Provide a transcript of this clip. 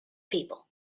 people